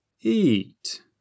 Eat